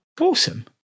Awesome